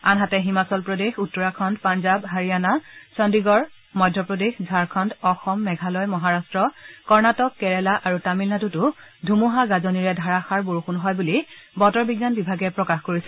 আনহাতে হিমাচল প্ৰদেশ উত্তৰাখণ্ড পাঞ্জাব হাৰিয়ানা ছণ্ডিগড মধ্যপ্ৰদেশ ঝাৰখণ্ড অসম মেঘালয় মহাৰাট্ট কৰ্ণটিক কেৰেলা আৰু তামিলনাডুতো ধুমুহা গাজনিৰে ধাৰাসাৰ বৰষুণ হয় বুলি বতৰ বিজ্ঞান বিভাগে প্ৰকাশ কৰিছে